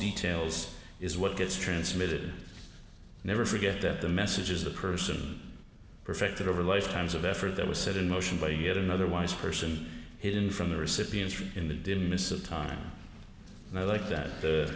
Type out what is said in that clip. details is what gets transmitted never forget that the message is a person perfected over lifetimes of effort that was set in motion by yet another wise person hidden from the recipients in the didn't miss a time and i like that